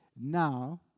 Now